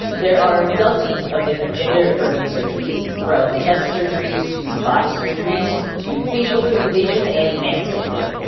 there are dozens of different gender-affirming surgeries from chest surgeries to bottom surgeries to facial feminization and man-sculpting.